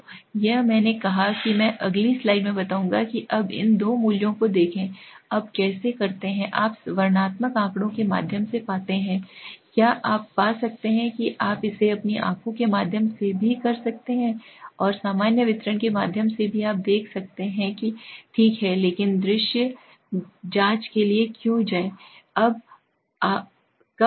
तो यह मैंने कहा कि मैं अगली स्लाइड में बताऊंगा कि अब इन दो मूल्यों को देखें अब कैसे करते हैं आप वर्णनात्मक आंकड़ों के माध्यम से पाते हैं क्या आप पा सकते हैं कि आप इसे अपनी आँखों के माध्यम से भी कर सकते हैं और सामान्य वितरण के माध्यम से आप देख सकते हैं कि ठीक है लेकिन दृश्य जांच के लिए क्यों जाएं